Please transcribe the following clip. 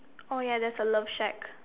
oh ya there's a love shack